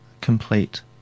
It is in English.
complete